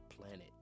planet